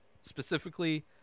Specifically